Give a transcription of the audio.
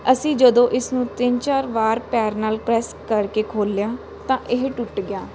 ਅਸੀਂ ਜਦੋਂ ਇਸ ਨੂੰ ਤਿੰਨ ਚਾਰ ਵਾਰ ਪੈਰ ਨਾਲ ਪ੍ਰੈਸ ਕਰਕੇ ਖੋਲ੍ਹਿਆ ਤਾਂ ਇਹ ਟੁੱਟ ਗਿਆ